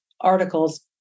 articles